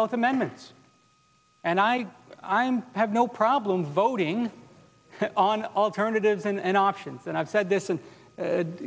both amendments and i i am have no problem voting on alternatives and options and i've said this in